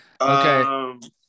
Okay